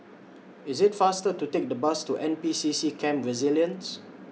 IT IS faster to Take The Bus to N P C C Camp Resilience